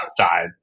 outside